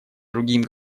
другим